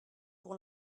pour